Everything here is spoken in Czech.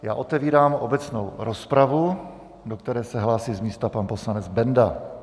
Já otevírám obecnou rozpravu, do které se hlásí z místa pan poslanec Benda.